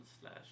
slash